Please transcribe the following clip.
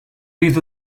rid